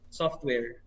software